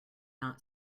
not